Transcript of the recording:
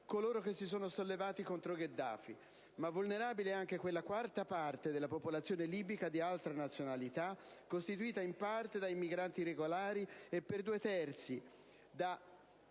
coloro che si sono sollevati contro Gheddafi. Ma vulnerabile è anche quella quarta parte della popolazione libica di altra nazionalità, costituita in parte da immigrati regolari e per due terzi da